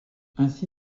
ainsi